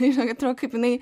žinok atrodo kaip jinai